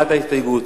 ההסתייגות.